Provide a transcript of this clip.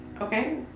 Okay